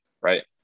right